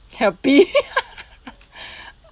happy